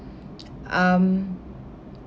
um